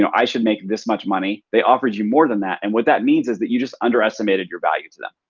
i should make this much money. they offered you more than that and what that means is that you just underestimated your value to them.